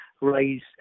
raise